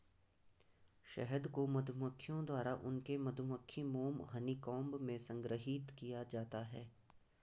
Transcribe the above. शहद को मधुमक्खियों द्वारा उनके मधुमक्खी मोम हनीकॉम्ब में संग्रहीत किया जाता है